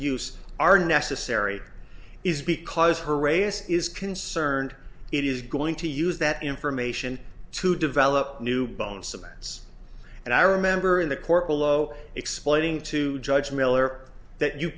use are necessary is because her race is concerned it is going to use that information to develop new bone subjects and i remember in the court below explaining to judge miller that you